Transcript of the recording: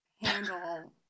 handle